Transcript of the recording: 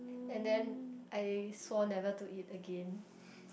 and then I swore never to eat again